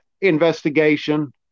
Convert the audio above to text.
investigation